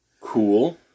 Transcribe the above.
cool